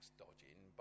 dodging